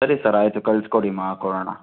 ಸರಿ ಸರ್ ಆಯಿತು ಕಳಿಸ್ಕೊಡಿ ಮಾಡಿ ಕೊಡೋಣ